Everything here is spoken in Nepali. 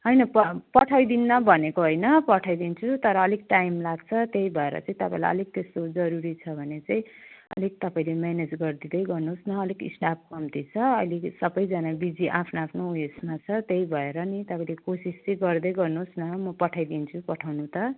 होइन प पठाइदिन्नँ भनेको होइन पठाइदिन्छु तर अलिक टाइम लाग्छ त्यही भएर चाहिँ तपाईँलाई अलिक त्यसको जरुरी छ भने चाहिँ अलिक तपाईँले म्यानेज गरिदिँदै गर्नुहोस् न अलिक स्टाफ कम्ती छ अहिले सबैजना बिजी आफ्नो आफ्नो उएसमा छ त्यही भएर नि तपाईँले कोसिस चाहिँ गर्दै गर्नुहोस् न म पठाइदिन्छु पठाउनु त